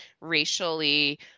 racially